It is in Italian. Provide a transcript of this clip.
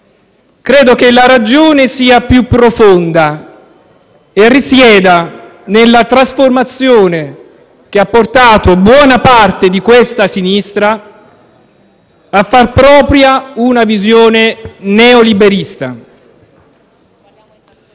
Credo che la ragione sia più profonda e risieda nella trasformazione che ha portato buona parte di questa sinistra a far propria una visione neoliberista.